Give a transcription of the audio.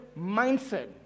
mindset